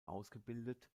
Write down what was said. ausgebildet